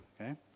okay